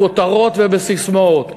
בכותרות ובססמאות.